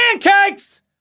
pancakes